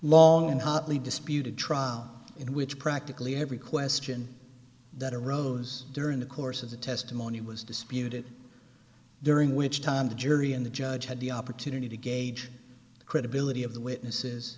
long hotly disputed trial in which practically every question that arose during the course of the testimony was disputed during which time the jury and the judge had the opportunity to gauge the credibility of th